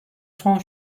son